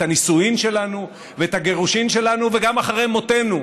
הנישואין שלנו ואת הגירושין שלנו וגם את אחרי מותנו,